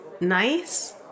nice